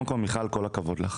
מיכל, כל הכבוד שלך.